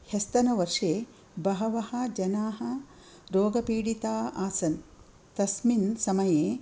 ह्यस्तनवर्षे बहवः जनाः रोगपीडिता आसन् तस्मिन् समये